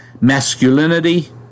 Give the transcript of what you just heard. Masculinity